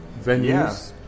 venues